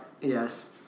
Yes